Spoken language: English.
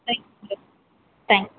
thank you sir thanks